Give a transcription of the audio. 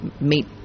meet